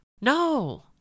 No